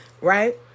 right